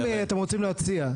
אם אתם רוצים להציע,